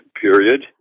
period